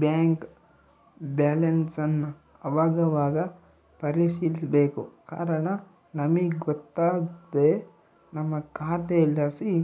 bank ಬ್ಯಾಲನ್ಸನ್ ಅವಾಗವಾಗ ಪರಿಶೀಲಿಸ್ಬೇಕು ಕಾರಣ ನಮಿಗ್ ಗೊತ್ತಾಗ್ದೆ ನಮ್ಮ ಖಾತೆಲಾಸಿ